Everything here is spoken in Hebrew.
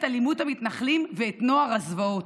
אלימות המתנחלים ואת נוער הזוועות".